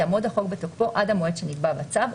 יעמוד החוק בתוקפו עד המועד שנקבע בצו,